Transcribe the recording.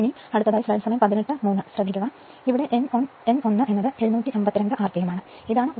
അതിനാൽ n 1 752 rpm ഇതാണ് ഉത്തരം